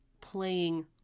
playing